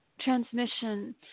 transmission